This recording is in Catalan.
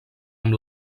amb